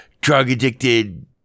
drug-addicted